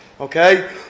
Okay